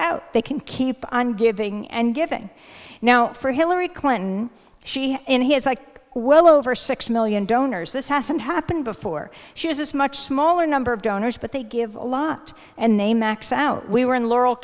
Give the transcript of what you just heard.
out they can keep on giving and giving now for hillary clinton she in his like well over six million donors this hasn't happened before she has this much smaller number of donors but they give a lot and name max out we were in laurel